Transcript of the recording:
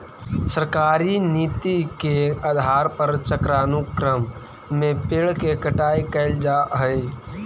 सरकारी नीति के आधार पर चक्रानुक्रम में पेड़ के कटाई कैल जा हई